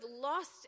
lost